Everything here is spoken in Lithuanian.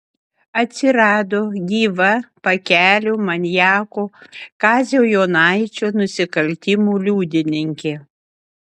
atsirado gyva pakelių maniako kazio jonaičio nusikaltimų liudininkė